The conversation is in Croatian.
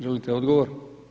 Želite odgovor?